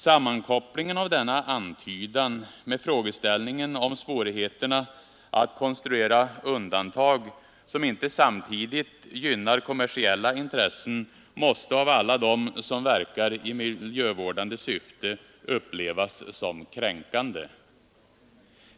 Sammankopplingen av denna antydan med frågeställningen om svårigheterna att konstruera undantag som inte samtidigt gynnar kommersiella intressen måste av alla dem som verkar i miljövårdande syfte upplevas som kränkande.